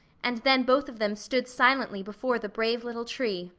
and then both of them stood silently before the brave little tree,